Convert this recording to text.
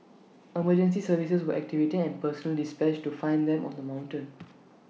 emergency services were activated and personnel dispatched to find them on the mountain